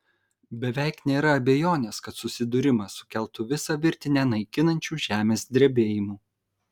beveik nėra abejonės kad susidūrimas sukeltų visą virtinę naikinančių žemės drebėjimų